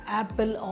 apple